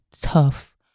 tough